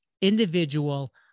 individual